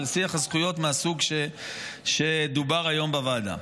של שיח הזכויות מהסוג שדובר היום בוועדה.